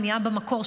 מניעה במקור,